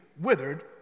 withered